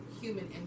Human